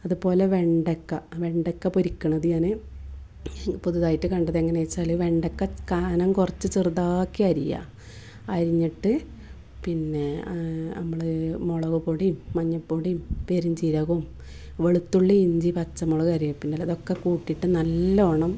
അതു പോലെ വെണ്ടക്ക വെണ്ടക്ക പൊരിക്കണത് ഞാൻ പൊതുതായിട്ട് കണ്ടതെങ്ങനെയെന്നു വെച്ചാൽ വെണ്ടയ്ക്ക കനം കുറച്ച് ചെറുതാക്കി അരിയുക അരിഞ്ഞിട്ട് പിന്നേ നമ്മൾ മുളകു പൊടിയും മഞ്ഞൾപ്പൊടിയും പെരും ജീരകവും വെളുത്തുള്ളി ഇഞ്ചി പച്ചമുളക് കരിവേപ്പില ഇതൊക്കെ കൂട്ടിയിട്ട് നല്ലവണ്ണം